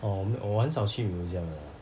orh 我没我很少去 museum 的 leh